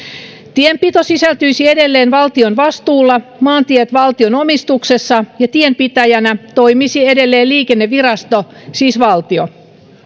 tienpito sisältyisi edelleen valtion vastuuseen maantiet valtion omistukseen ja tienpitäjänä toimisi edelleen liikennevirasto siis valtio